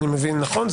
אני מבין נכון?